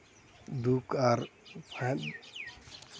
ᱫᱩᱠᱷ ᱟᱨ ᱥᱟᱦᱮᱸᱫ